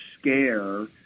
scare